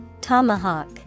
Tomahawk